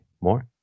more